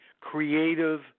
creative